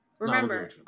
Remember